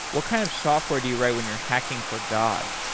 what kind of software do you write when you're hacking for god?